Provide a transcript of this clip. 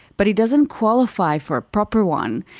but he doesn't qualify for a proper one.